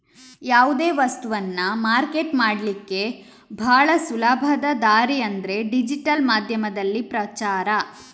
ಯಾವುದೇ ವಸ್ತವನ್ನ ಮಾರ್ಕೆಟ್ ಮಾಡ್ಲಿಕ್ಕೆ ಭಾಳ ಸುಲಭದ ದಾರಿ ಅಂದ್ರೆ ಡಿಜಿಟಲ್ ಮಾಧ್ಯಮದಲ್ಲಿ ಪ್ರಚಾರ